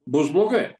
bus blogai